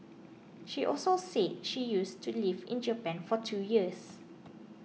she also said she used to lived in Japan for two years